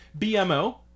BMO